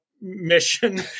mission